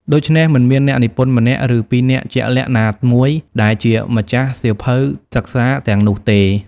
ដូច្នេះ មិនមានអ្នកនិពន្ធម្នាក់ ឬពីរនាក់ជាក់លាក់ណាមួយ ដែលជាម្ចាស់សៀវភៅសិក្សាទាំងនោះទេ។